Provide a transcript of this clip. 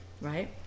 Right